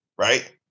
Right